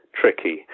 tricky